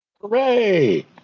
Hooray